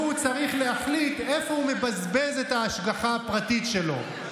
שהוא צריך להחליט איפה הוא מבזבז את ההשגחה הפרטית שלו,